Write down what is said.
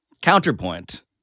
Counterpoint